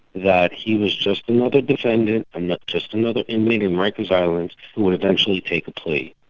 that he was just another defendant, and just another inmate in rikers island who would eventually take a plea.